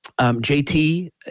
JT